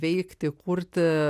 veikti kurti